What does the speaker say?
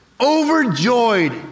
overjoyed